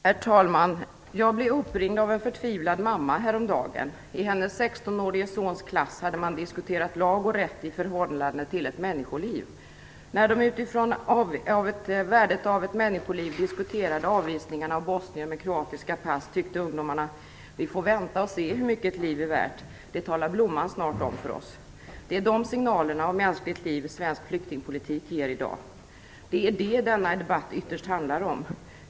Herr talman! Jag blev uppringd av en förtvivlad mamma häromdagen. I hennes 16-årige sons klass hade eleverna diskuterat lag och rätt i förhållande till ett människoliv. När de utifrån värdet av ett människoliv diskuterade avvisningarna av bosnier med kroatiska pass sade ungdomarna: vi får vänta och se hur mycket ett liv är värt; det talar Blomman snart om för oss. Det är de signalerna om mänskligt liv som svensk flyktingpolitik ger i dag. Det är detta som denna debatt ytterst handlar om.